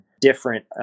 different